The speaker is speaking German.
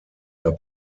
der